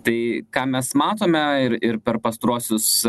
tai ką mes matome ir ir per pastaruosius